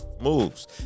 moves